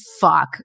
fuck